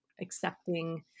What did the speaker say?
accepting